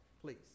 please